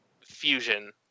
fusion